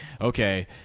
okay